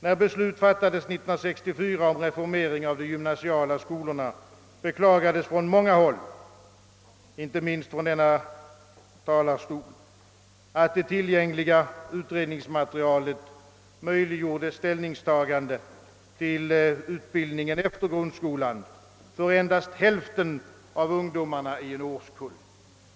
När beslutet fattades 1964 om reformering av de gymnasiala skolorna, beklagades från många håll, inte minst från denna talarstol, att det tillgängliga utredningsmaterialet möjliggjorde ställningstagande till utbildningen efter grundskolan för endast hälften av ungdomarna i en årskull.